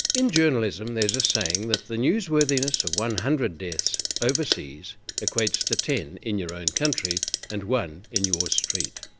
in journalism there is a saying that the newsworthiness of one hundred deaths overseas equates to ten in your own country and one in your street.